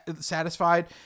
satisfied